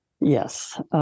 Yes